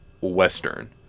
western